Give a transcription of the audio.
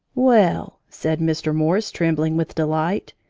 well, said mr. morse, trembling with delight,